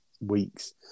weeks